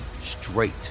straight